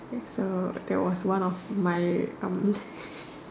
so there was one of my